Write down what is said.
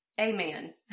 Amen